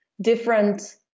different